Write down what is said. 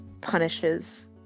punishes